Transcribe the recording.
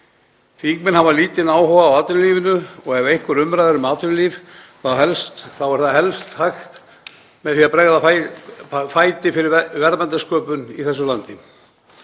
Þingmenn hafa lítinn áhuga á atvinnulífinu og ef einhver umræða er um atvinnulíf þá er það helst gert með því að bregða fæti fyrir verðmætasköpun í þessu landi.